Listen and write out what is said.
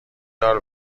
دار